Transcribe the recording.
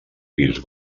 pis